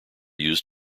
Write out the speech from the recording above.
used